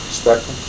spectrum